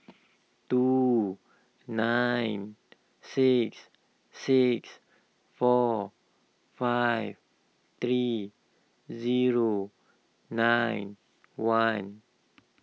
two nine six six four five three zero nine one